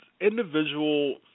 individual